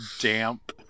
damp